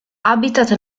habitat